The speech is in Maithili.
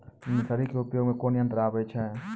नर्सरी के उपयोग मे कोन यंत्र आबै छै?